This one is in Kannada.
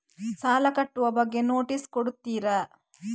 ಸಾಲ ಕಟ್ಟುವ ಬಗ್ಗೆ ನೋಟಿಸ್ ಕೊಡುತ್ತೀರ?